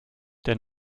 der